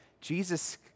Jesus